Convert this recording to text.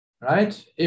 right